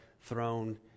throne